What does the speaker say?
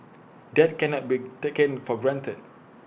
that cannot be taken for granted